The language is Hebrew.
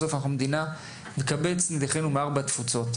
בסוף אנחנו מדינה שמקבצים נדחינו מארבע תפוצות.